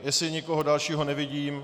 Jestli někoho dalšího nevidím...